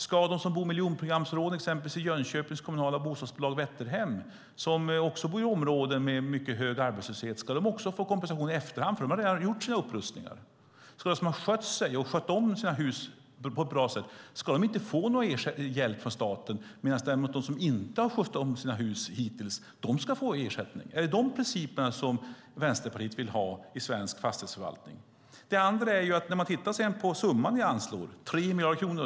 Ska de som bor i miljonprogramsområden exempelvis hos Jönköpings kommunala bostadsbolag Vätterhem, områden med hög arbetslöshet, få kompensation i efterhand? De har redan gjort sina upprustningar. Ska de som har skött sig och skött om sina hus på ett bra sätt inte få någon hjälp från staten, medan de som inte har skött om sina hus hittills ska få ersättning? Är det de principerna som Vänsterpartiet vill ha i svensk fastighetsförvaltning? Ni anslår 3 miljarder kronor.